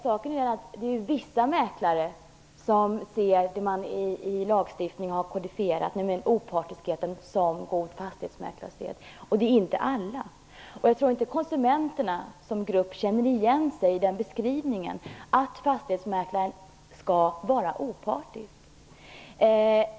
Saken är den att det är vissa mäklare som ser det som man i förslaget till lagstiftning har kodifierat, nämligen opartiskheten, som god fastighetsmäklarsed. Det gäller inte alla. Jag tror inte konsumenterna som grupp känner igen sig i den beskrivningen att fastighetsmäklaren skall vara opartisk.